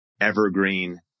evergreen